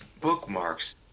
Bookmarks